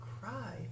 cry